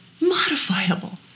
modifiable